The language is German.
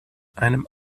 einem